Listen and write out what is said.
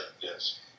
Yes